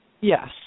Yes